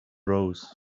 rose